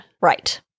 Right